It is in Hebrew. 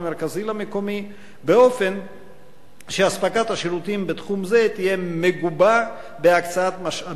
למקומי באופן שמתן השירותים בתחום הזה יהיה מגובה בהקצאת משאבים נאותה.